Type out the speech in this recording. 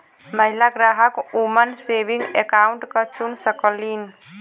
महिला ग्राहक woman saving account क चुन सकलीन